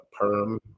PERM